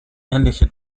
ähnliche